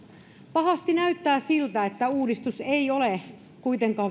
pahasti näyttää siltä että uudistus ei ole kuitenkaan